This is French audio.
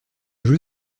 jeu